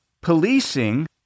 policing